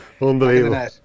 Unbelievable